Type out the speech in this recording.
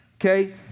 Okay